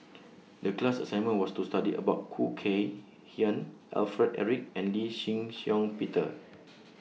The class assignment was to study about Khoo Kay Hian Alfred Eric and Lee Shih Shiong Peter